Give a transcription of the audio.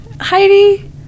heidi